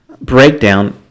breakdown